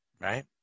Right